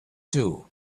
too